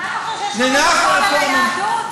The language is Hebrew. מה אתה חושב, שיש לך מונופול על היהדות?